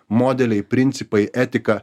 modeliai principai etika